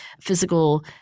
physical